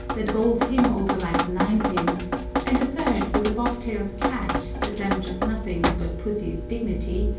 that bowls him over like a ninepin, and a third with a bobtailed cat, that damages nothing but pussy's dignity,